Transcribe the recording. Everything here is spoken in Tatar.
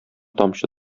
тамчы